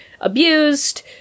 abused